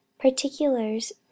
Particulars